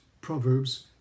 Proverbs